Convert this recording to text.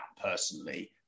personally